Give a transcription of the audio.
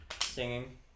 singing